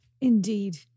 Indeed